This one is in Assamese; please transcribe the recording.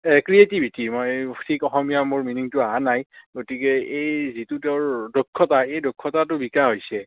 ক্ৰিয়েটিভিটি মই ঠিক অসমীয়া মোৰ মিনিঙটো অহা নাই গতিকে এই যিটো তেওঁৰ দক্ষতা এই দক্ষতাটো বিকাশ হৈছে